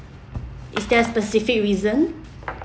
is there a specific reason